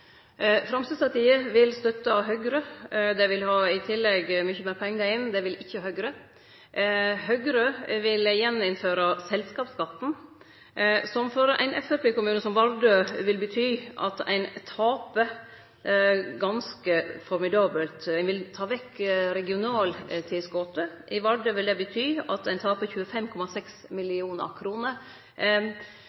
Framstegspartiet vil støtte Høgre. Dei vil i tillegg ha mykje meir pengar inn – det vil ikkje Høgre. Høgre vil gjeninnføre selskapsskatten, som for ein framstegspartikommune som Vardø vil bety at ein taper ganske formidabelt. Ein vil ta vekk regionaltilskottet. I Vardø vil det bety at ein taper 25,6 mill.